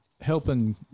helping